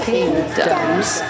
Kingdoms